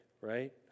right